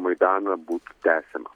maidaną būtų tęsiama